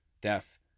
death